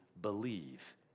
believe